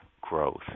growth